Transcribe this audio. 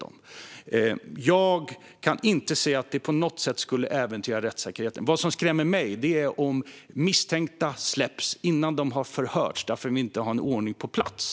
Jag kan inte se att det på något sätt skulle äventyra rättssäkerheten. Vad som skrämmer mig är om misstänkta släpps innan de har förhörts därför att det inte finns en ordning på plats.